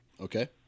Okay